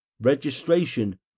registration